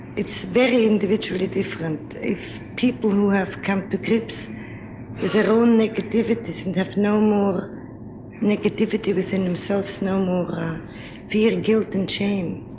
it's very individually different, if people who have come to grips with their own negativities and have no more negativity within themselves, no more fear, guilt and shame,